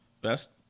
Best